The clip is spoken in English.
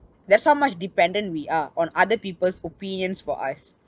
there's how much dependent we are on other people's opinions for us